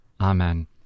Amen